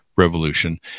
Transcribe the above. revolution